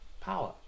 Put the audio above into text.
power